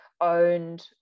owned